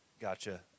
Gotcha